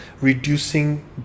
reducing